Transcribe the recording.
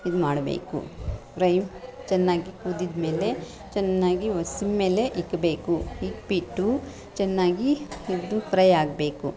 ಇದು ಮಾಡಬೇಕು ಫ್ರೈ ಚೆನ್ನಾಗಿ ಕುದಿದಮೇಲೆ ಚೆನ್ನಾಗಿ ಸಿಮ್ ಮೇಲೆ ಇಕ್ಬೇಕು ಇಕ್ಬಿಟ್ಟು ಚೆನ್ನಾಗಿ ಇದು ಫ್ರೈ ಆಗಬೇಕು